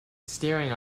staring